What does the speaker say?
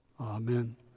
Amen